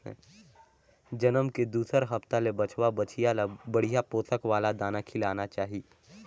जनम के दूसर हप्ता ले बछवा, बछिया ल बड़िहा पोसक वाला दाना खिलाना चाही